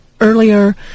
earlier